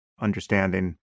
understanding